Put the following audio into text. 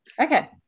Okay